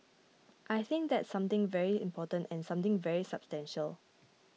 I think that's something very important and something very substantial